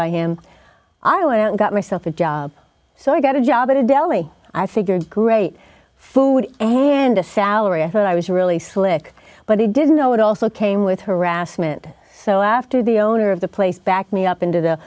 him i went out and got myself a job so i got a job at a deli i figured great food and a salary i thought i was really slick but he didn't know it also came with harassment so after the owner of the place backed me up into the